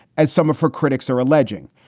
as some of her critics are alleging,